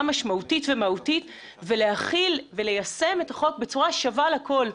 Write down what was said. משמעותית ומהותית ולהחיל וליישם את החוק בצורה שווה לכול.